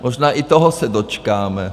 Možná i toho se dočkáme.